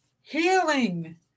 healing